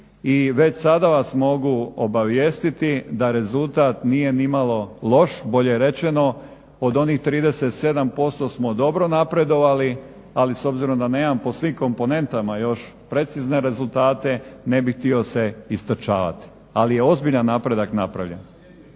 već sada vas mogu obavijestiti da rezultat nije nimalo loš, bolje rečeno, od onih 37% smo dobro napredovali, ali s obzirom da nema po svim komponentama precizne rezultate, ne bi htio se istrčavati, ali je ozbiljan napredak napravljen.